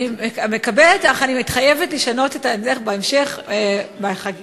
אני מקבלת, אך אני מתחייבת לשנות בהמשך החקיקה.